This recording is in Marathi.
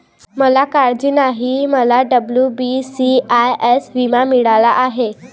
मला काळजी नाही, मला डब्ल्यू.बी.सी.आय.एस विमा मिळाला आहे